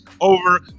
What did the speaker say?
over